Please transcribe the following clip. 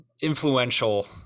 influential